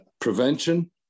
prevention